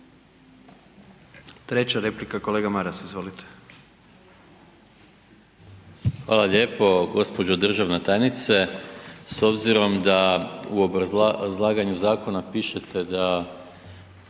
Treća replika, kolega Maras, izvolite. **Maras, Gordan (SDP)** Hvala lijepo. Gđo. državna tajnice. S obzirom da u obrazlaganju zakona pišete da